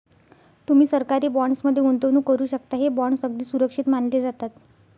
तुम्ही सरकारी बॉण्ड्स मध्ये गुंतवणूक करू शकता, हे बॉण्ड्स अगदी सुरक्षित मानले जातात